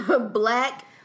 Black